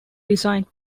designed